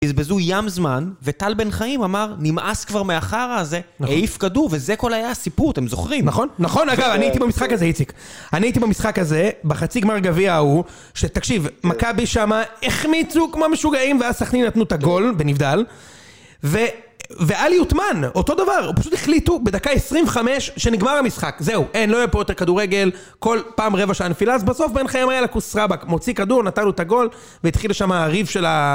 בזבזו ים זמן, וטל בן חיים אמר, נמאס כבר מהחרא הזה, העיף כדור, וזה כל היה הסיפור, אתם זוכרים? נכון? נכון, אגב, אני הייתי במשחק הזה, איציק. אני הייתי במשחק הזה, בחצי גמר גביע ההוא, שתקשיב, מכבי שמה, החמיצו כמו משוגעים ואז סכנין נתנו את הגול, בנבדל, ו... ואלי אוטמן, אותו דבר, הם פשוט החליטו, בדקה 25, שנגמר המשחק, זהו. אין, לא יהיה פה יותר כדורגל, כל פעם רבע נפילה, אז בסוף, בן חיים היה יאללה כוס ראבק. מוציא כדור, נתנו את הגול, והתחיל שמה הריב של ה...